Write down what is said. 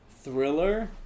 Thriller